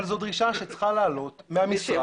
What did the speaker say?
אבל זו דרישה שצריכה לעלות מהמשרד